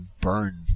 burn